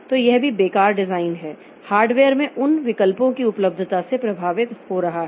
तो यह भी बेकार डिजाइन है हार्डवेयर में उन विकल्पों की उपलब्धता से प्रभावित हो रहा है